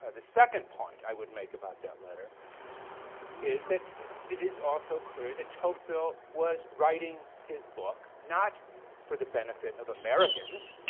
ah the second point i would make about that letter is that it is also clear that tocqueville was writing his book not for the benefit of americans,